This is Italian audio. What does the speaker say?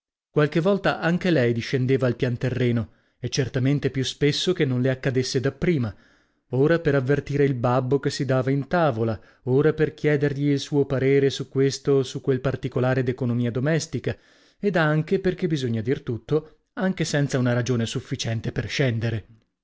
qualche volta anche lei discendeva al pian terreno e certamente più spesso che non le accadesse da prima ora per avvertire il babbo che si dava in tavola ora per chiedergli il suo parere su questo o su quel particolare d'economia domestica ed anche perchè bisogna dir tutto anche senza una ragione sufficiente per scendere